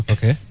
Okay